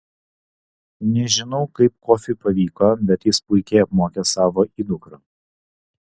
nežinau kaip kofiui pavyko bet jis puikiai apmokė savo įdukrą